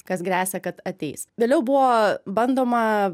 kas gresia kad ateis vėliau buvo bandoma